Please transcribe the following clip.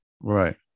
right